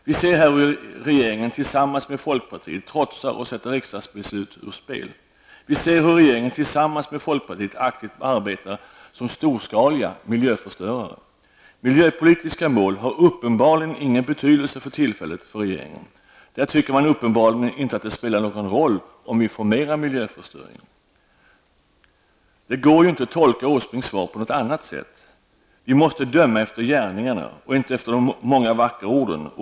Vi ser här hur regeringen tillsammans med folkpartiet trotsar och sätter riksdagsbeslut ur spel. Vi ser hur regeringen tillsammans med folkpartiet aktivt arbetar som storskaliga miljöförstörare. Miljöpolitiska mål har uppenbarligen ingen betydelse för regeringen för tillfället. Man tycker man uppenbarligen att det inte spelar någon roll om vi får mera miljöförstöring. Det går inte att tolka Åsbrinks svar på något annat sätt. Vi måste döma efter gärningarna och inte efter de många vackra orden.